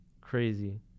crazy